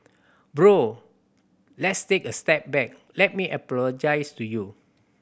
bro let's take a step back let me apologize to you